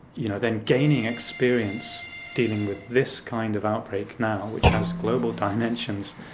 you know then gaining experience dealing with this kind of outbreak now, which has global dimensions,